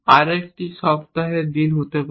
আরেকটি সপ্তাহের দিন হতে পারে